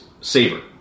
Saber